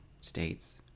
states